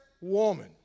woman